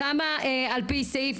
כמה על פי סעיף,